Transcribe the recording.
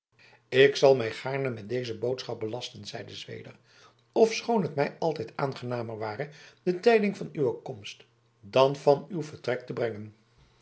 ik zal mij gaarne met deze boodschap belasten zeide zweder ofschoon het mij altijd aangenamer ware de tijding van uwe komst dan van uw vertrek te brengen